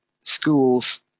schools